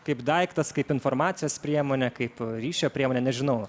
kaip daiktas kaip informacijos priemonė kaip ryšio priemonė nežinau